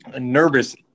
nervous